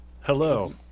Hello